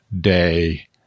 day